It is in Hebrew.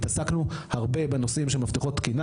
התעסקנו הרבה בנושאים של מפתחות תקינה,